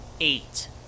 Eight